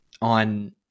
on